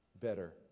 better